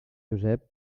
josep